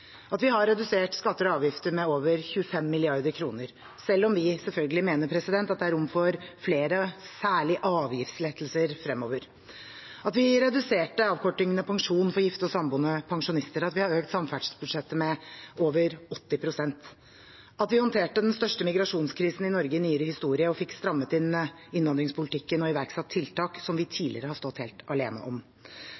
at vi har redusert skatter og avgifter med over 25 mrd. kr, selv om vi selvfølgelig mener at det er rom for flere særlig avgiftslettelser fremover, og at vi reduserte avkortningen i pensjon for gifte og samboende pensjonister. Vi er stolt av at vi har økt samferdselsbudsjettet med over 80 pst., at vi håndterte den største migrasjonskrisen i Norge i nyere historie og fikk strammet inn innvandringspolitikken og iverksatt tiltak som vi